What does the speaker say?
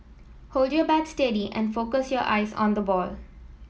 hold your bat steady and focus your eyes on the ball